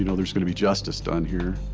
you know there's going to be justice done here.